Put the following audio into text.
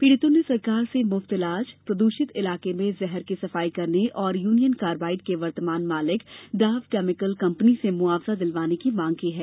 पीडितों ने सरकार से मुफ्त इलाज प्रद्षित इलाके के जुहर की सफाई करने और यूनियन कार्बाइड के वर्तमान मालिक डाव केमिकल कपनी से मुआवजा दिलवाने की मांग की है